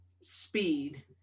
speed